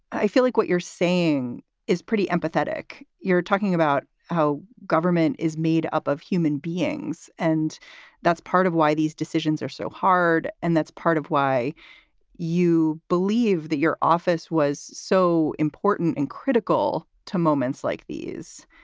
i feel like what you're saying is pretty empathetic. you're talking about how government is made up of human beings, and that's part of why these decisions are so hard. and that's part of why you believe that your office was so important and critical to moments like these.